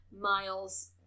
Miles